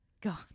God